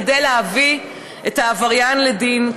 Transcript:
כדי להביא את העבריין לדין,